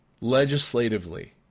legislatively